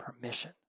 permission